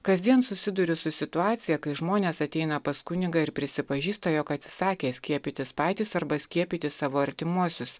kasdien susiduriu su situacija kai žmonės ateina pas kunigą ir prisipažįsta jog atsisakė skiepytis patys arba skiepyti savo artimuosius